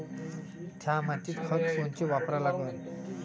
थ्या मातीत खतं कोनचे वापरा लागन?